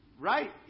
Right